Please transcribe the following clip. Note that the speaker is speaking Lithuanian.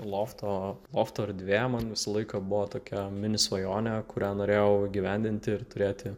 lofto lofto erdvė man visą laiką buvo tokia mini svajonė kurią norėjau įgyvendinti ir turėti